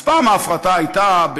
אז פעם ההפרטה הייתה,